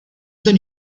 than